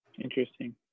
interesting